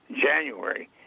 January